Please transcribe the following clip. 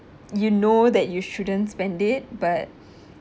you know that you shouldn't spend it but